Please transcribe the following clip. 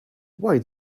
why